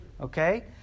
Okay